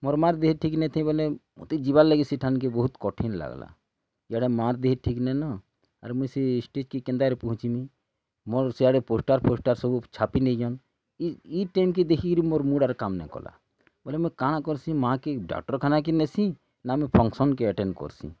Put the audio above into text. ମୋର୍ ମାଆର୍ ଦେହ ଠିକ୍ ନେଇଁଥାଇ ବୋଲେ ମତେ ଯିବାର୍ ଲାଗି ସେଇଠାନ୍ କେ ବୋହୁତ୍ କଠିନ୍ ଲାଗ୍ଲା ଇଆଡ଼େ ମାଆର୍ ଦେହ ଠିକ୍ ନେଇଁ ନ ଆର୍ ମୁଇଁ ସେଇ ଷ୍ଟେଜ୍ କେ କେନ୍ତା କରି ପହଞ୍ଚିମି ମୋର୍ ସିଆଡ଼େ ପୋଷ୍ଟାର୍ ଫୋଷ୍ଟାର୍ ସବୁ ଛାପିନେଇଚନ୍ ଇ ଏଇ ଟାଇମ୍କେ ଦେଖିକିରି ମୋର୍ ମୁଡ଼୍ ଆର୍ କାମ୍ ନାଇଁକଲା ବୋଲେ ମୁଁ କାଣା କର୍ସି ମାଆକେ ଡ଼କ୍ଟର୍ଖାନାକେ ନେସି ନାଁ ମୁଇଁ ଫଙ୍କସନ୍କେ ଆଟେନ୍ କର୍ସି